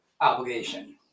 obligation